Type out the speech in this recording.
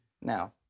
Now